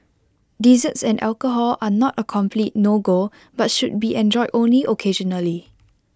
desserts and alcohol are not A complete no go but should be enjoyed only occasionally